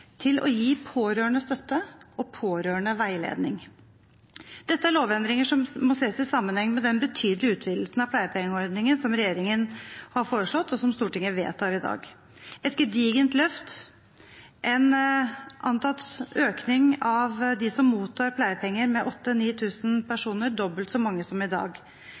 å gi pårørendestøtte og pårørendeveiledning. Dette er lovendringer som må ses i sammenheng med den betydelige utvidelsen av pleiepengeordningen som regjeringen har foreslått, og som Stortinget vil vedta i dag – et gedigent løft, en antatt økning av antallet som mottar pleiepenger, med 8 000–9 000 personer, dobbelt så mange som i dag.